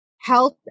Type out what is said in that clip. health